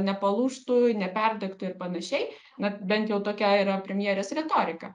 nepalūžtų neperdegtų ir panašiai na bent jau tokia yra premijerės retorika